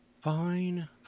Fine